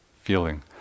feeling